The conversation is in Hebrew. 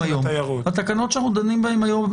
לא, אלה לא התקנות שאנחנו דנים בהן היום.